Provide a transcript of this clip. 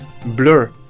blur